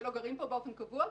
שלא גרים פה באופן קבוע,